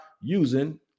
using